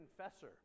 Confessor